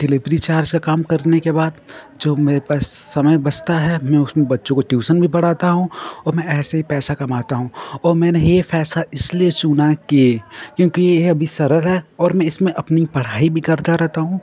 delivery charge का काम करने के बाद जो मेरे पास समय बचता है मैं उसमें बच्चों को ट्यूसन भी पढ़ाता हूँ और मैं ऐसे ही पैसा कमाता हूँ और मैंने ये पैसा इसलिए चुना कर क्योंकि यह अभी सरल है और मैं इसमें अपनी पढ़ाई भी करता रहता हूँ